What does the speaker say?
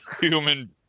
Human